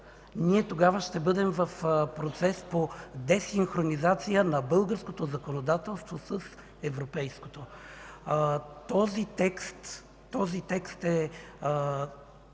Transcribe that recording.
тогава ние ще бъдем в процес по десинхронизация на българското законодателство с европейското. Този текст е